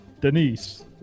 Denise